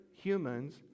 humans